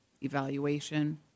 evaluation